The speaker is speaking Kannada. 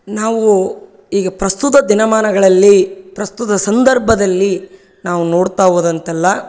ನಾವು ಈಗ ಪ್ರಸ್ತುತ ದಿನಮಾನಗಳಲ್ಲಿ ಪ್ರಸ್ತುತ ಸಂದರ್ಭದಲ್ಲಿ ನಾವು ನೋಡ್ತಾ ಹೋದಂತೆಲ್ಲ